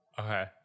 Okay